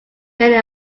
many